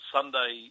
Sunday